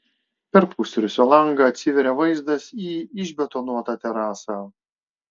per pusrūsio langą atsiveria vaizdas į išbetonuotą terasą